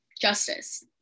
justice